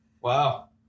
wow